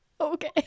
Okay